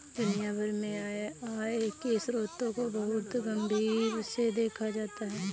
दुनिया भर में आय के स्रोतों को बहुत ही गम्भीरता से देखा जाता है